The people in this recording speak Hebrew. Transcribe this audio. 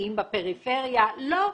משקיעים בפריפריה לא,